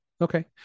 Okay